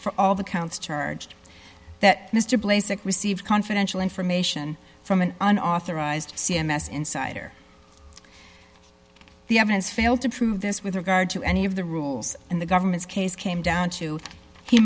for all the counts charged that mr blake received confidential information from an unauthorized c m s insider the evidence failed to prove this with regard to any of the rules in the government's case came down to he